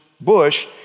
bush